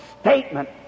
statement